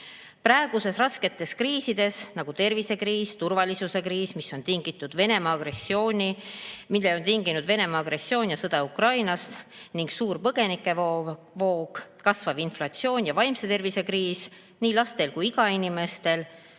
Praegustes rasketes kriisides, nagu tervisekriis, turvalisuse kriis, mille on tinginud Venemaa agressioon ja sõda Ukrainas ning suur põgenikevoog, kasvav inflatsioon ja vaimse tervise kriis nii lastel kui ka igainimestel,